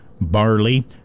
barley